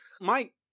Mike